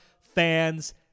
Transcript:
fans